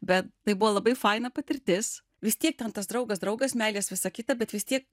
bet tai buvo labai faina patirtis vis tiek ten tas draugas draugas meilės visa kita bet vis tiek